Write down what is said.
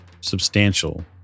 substantial